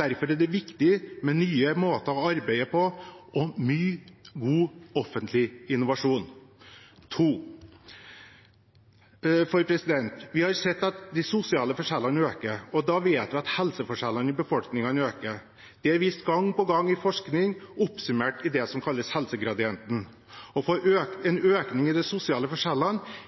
Derfor er det viktig med nye måter å arbeide på og ny, god offentlig innovasjon. Vi har sett at de sosiale forskjellene øker, og da vet vi at helseforskjellene i befolkningen også øker. Det er vist gang på gang i forskning, oppsummert i det som kalles helsegradienten. Å få en økning i de sosiale forskjellene